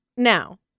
Now